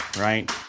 right